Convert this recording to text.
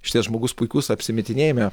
išties žmogus puikus apsimetinėjime